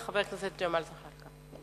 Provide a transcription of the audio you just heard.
חבר הכנסת ג'מאל זחאלקה.